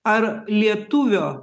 ar lietuvio